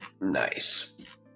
Nice